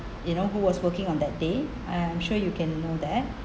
you know who was working on that day I'm sure you can know that